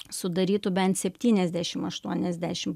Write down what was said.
sudarytų bent septyniasdešim aštuoniasdešim